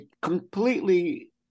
completely